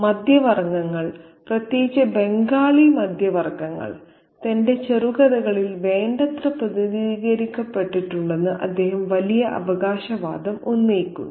മധ്യവർഗങ്ങൾ പ്രത്യേകിച്ച് ബംഗാളി മധ്യവർഗങ്ങൾ തന്റെ ചെറുകഥകളിൽ വേണ്ടത്ര പ്രതിനിധീകരിക്കപ്പെട്ടിട്ടുണ്ടെന്ന് അദ്ദേഹം വലിയ അവകാശവാദം ഉന്നയിക്കുന്നു